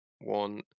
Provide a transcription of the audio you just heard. one